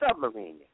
submarine